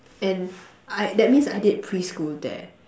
and I that means I did preschool there